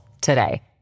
today